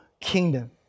kingdom